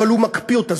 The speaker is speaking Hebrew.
אבל הוא מקפיא אותה.